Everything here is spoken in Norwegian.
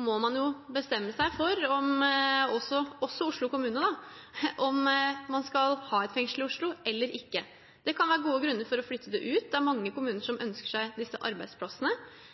må man jo bestemme seg for – også Oslo kommune – om man skal ha et fengsel i Oslo eller ikke. Det kan være gode grunner for å flytte det ut. Det er mange kommuner som